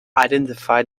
identify